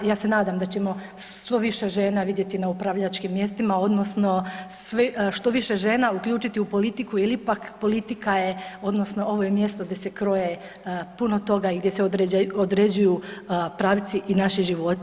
Ja se nadam da ćemo što više žena vidjeti na upravljačkim mjestima odnosno što više žena uključiti u politiku jel ipak politika odnosno ovo je mjesto gdje se kroje puno toga i gdje se određuju pravci i naši životi.